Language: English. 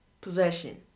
possession